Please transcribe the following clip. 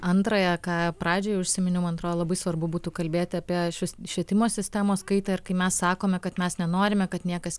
antrąją ką pradžioje užsiminiau man atrodo labai svarbu būtų kalbėti apie šios švietimo sistemos kaitą ir kai mes sakome kad mes nenorime kad niekas